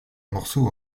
morceaux